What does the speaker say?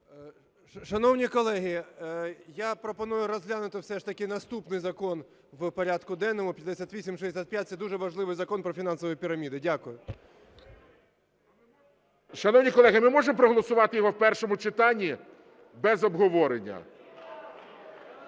Шановні колеги, я пропоную розглянути все ж таки наступний Закон у порядку денному 5865. Це дуже важливий закон про фінансові піраміди. Дякую. ГОЛОВУЮЧИЙ. Шановні колеги, ми можемо проголосувати його в першому читанні без обговорення?